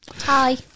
Hi